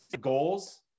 goals